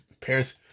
parents